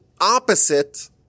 opposite